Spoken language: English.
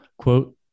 Quote